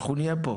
אנחנו נהיה פה.